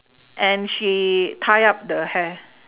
and she tie up the hair